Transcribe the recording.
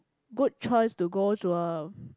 good choice to go to a